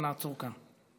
אבל נעצור כאן.